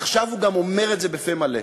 עכשיו הוא גם אומר את זה בפה מלא.